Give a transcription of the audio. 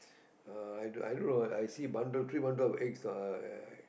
uh i don't i don't know I see bundle three bundle of eggs ah I